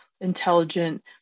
intelligent